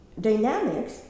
dynamics